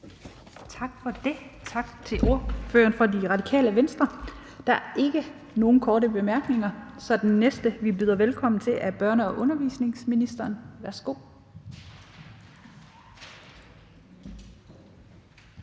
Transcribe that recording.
Andersen): Tak til ordføreren for Radikale Venstre. Der er ikke nogen korte bemærkninger, så den næste, vi byder velkommen, er børne- og undervisningsministeren. Værsgo.